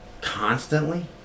constantly